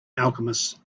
alchemists